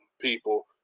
people